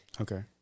Okay